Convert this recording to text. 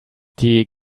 die